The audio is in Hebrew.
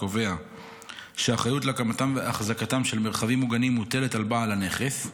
קובע שהאחריות להקמתם והחזקתם של מרחבים מוגנים מוטלת על בעל הנכס,